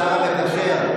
השר המקשר,